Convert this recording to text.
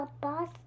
boss